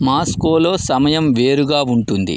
మాస్కోలో సమయం వేరుగా ఉంటుంది